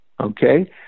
Okay